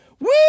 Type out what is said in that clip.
woo